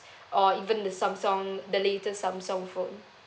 or even the Samsung the latest Samsung phone